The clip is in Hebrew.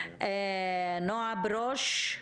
נעה ברוש.